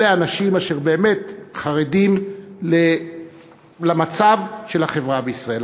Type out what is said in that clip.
אלה האנשים אשר באמת חרדים למצב של החברה בישראל.